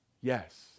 yes